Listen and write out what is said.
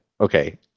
okay